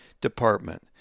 department